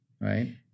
right